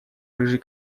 рыжий